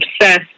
obsessed